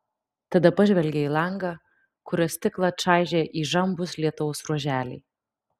tada pažvelgė į langą kurio stiklą čaižė įžambūs lietaus ruoželiai